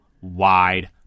wide